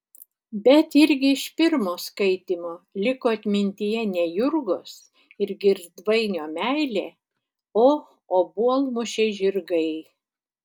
bet irgi iš pirmo skaitymo liko atmintyje ne jurgos ir girdvainio meilė o obuolmušiai žirgai